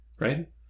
Right